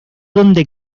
donde